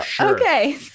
okay